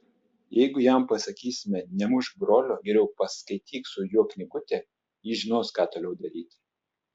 jeigu jam pasakysime nemušk brolio geriau paskaityk su juo knygutę jis žinos ką toliau daryti